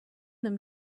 them